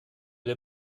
wir